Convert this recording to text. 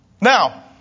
Now